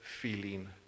feeling